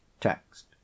Text